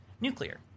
nuclear